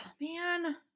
man